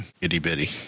itty-bitty